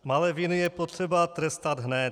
Malé viny je potřeba trestat hned.